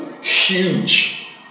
huge